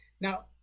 now